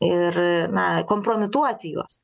ir na kompromituoti juos